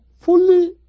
fully